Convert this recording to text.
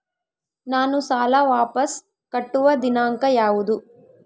ನಾನು ಸಾಲ ವಾಪಸ್ ಕಟ್ಟುವ ದಿನಾಂಕ ಯಾವುದು?